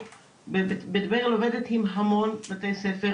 בבית ברל עובדת עם המון בתי ספר,